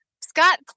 Scott